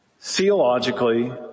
theologically